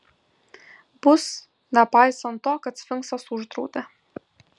bus nepaisant to kad sfinksas uždraudė